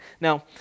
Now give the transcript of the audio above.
Now